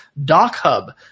DocHub